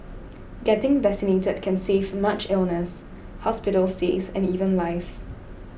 getting vaccinated can save much illness hospital stays and even lives